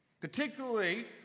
particularly